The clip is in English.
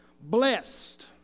Blessed